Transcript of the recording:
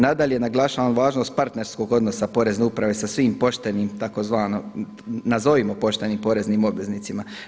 Nadalje, naglašavam važnost partnerskog odnosa Porezne uprave sa svim poštenim, nazovimo poštenim poreznim obveznicima.